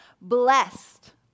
blessed